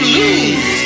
lose